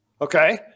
Okay